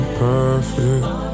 perfect